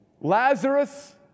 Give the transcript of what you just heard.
Lazarus